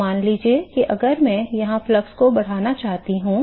तो मान लीजिए कि अगर मैं यहां प्रवाह फ्लक्स को बढ़ाना चाहता हूं